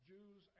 Jews